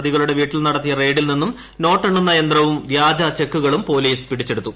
പ്രതികളുടെ വീട്ടിൽ നടത്തിയ റെയ്ഡിൽ നിന്നും നോട്ടെണ്ണുന്ന യന്ത്രവും വ്യാജ ചെക്കുകളും പൊലീസ് പിടിച്ചെടുത്തു